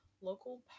local